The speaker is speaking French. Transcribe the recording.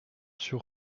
sur